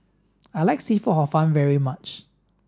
I like seafood hor fun very much